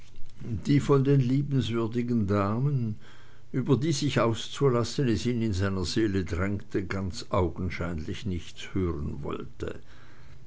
die von den liebenswürdigen damen über die sich auszulassen es ihn in seiner seele drängte ganz augenscheinlich nichts hören wollte